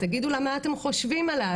תגידו לה מה אתם חושבים עליה,